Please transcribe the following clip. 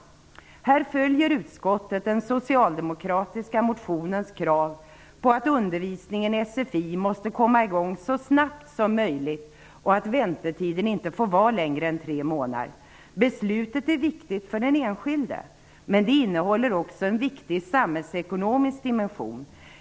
Här följer utskottet den socialdemokratiska motionens krav på att undervisningen i sfi måste komma i gång så snabbt som möjligt och att väntetiden inte får vara längre än tre månader. Beslutet är viktigt för den enskilde, men det innehåller också en viktig samhällsekonomisk dimension.